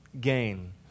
gain